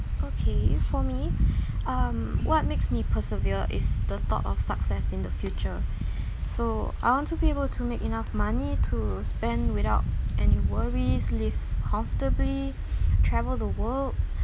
okay for me um what makes me persevere is the thought of success in the future so I want to be able to make enough money to spend without any worries live comfortably travel the world